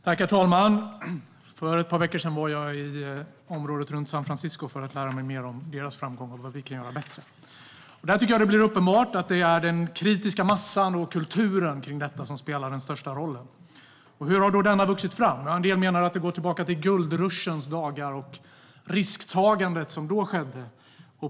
Herr talman! För ett par veckor sedan var jag i området runt San Francisco för att lära mig mer om framgången där och vad vi kan göra bättre. Där blir det uppenbart att det är den kritiska massan och kulturen kring detta som spelar den största rollen. Hur har då denna vuxit fram? En del menar att den härrör från guldruschens dagar och det risktagande som då fanns.